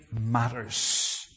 matters